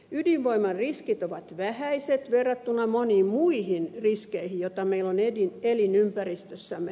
ydinvoiman riskit ovat vähäiset verrattuna moniin muihin riskeihin joita meillä on elinympäristössämme